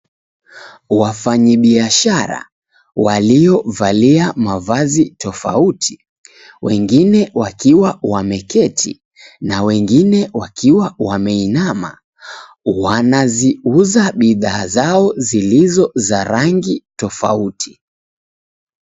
Wafanyibiashara waliovalia mavazi tofauti , wengine wakiwa wameketi na wengine wakiwa wameinama wanaziuza bidhaa zao zilizo na rangi tofauti.